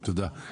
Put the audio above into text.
תודה.